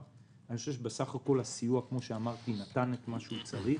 בסך הכול הסיוע נתן את מה שהוא צריך.